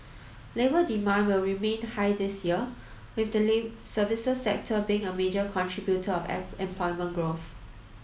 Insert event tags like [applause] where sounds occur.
labour demand will remain high this year with the [unintelligible] services sector being a major contributor of [unintelligible] employment growth